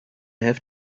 have